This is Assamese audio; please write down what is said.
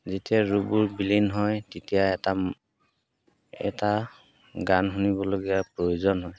যেতিয়া ৰূপবোৰ বিলীন হয় তেতিয়া এটা এটা গান শুনিবলগীয়াৰ প্ৰয়োজন হয়